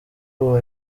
ubu